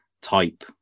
type